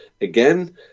again